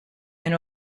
and